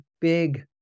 big